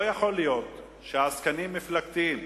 לא יכול להיות שעסקנים מפלגתיים,